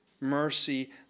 mercy